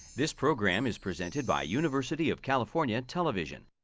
this program is presented by university of california television.